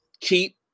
keep